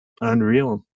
unreal